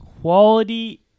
Quality